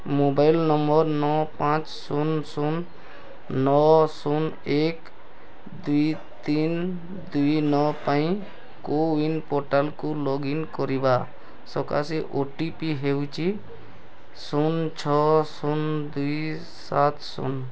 mobile number ନଅ ପାଞ୍ଚ ଶୂନ ଶୂନ ନଅ ଶୂନ ଏକ ଦୁଇ ତିନି ଦୁଇ ନଅ ପାଇଁ କୋୱିନ୍ ପୋର୍ଟାଲକୁ ଲଗ୍ଇନ୍ କରିବା ସକାଶେ ଓ ଟି ପି ହେଉଛି ଶୂନ ଛଅ ଶୂନ ଦୁଇ ସାତ ଶୂନ